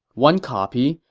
one copy,